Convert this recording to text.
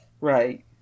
Right